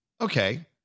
Okay